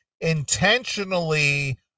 intentionally